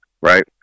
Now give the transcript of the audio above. Right